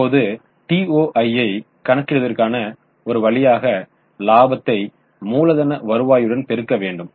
இப்போது TOI ஐ கணக்கிடுவதற்கான ஒரு வழியாக இலாபத்தை மூலதன வருவாயுடன் பெருக்க வேண்டும்